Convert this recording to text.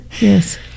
yes